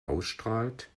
ausstrahlt